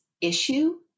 issue